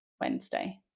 Wednesday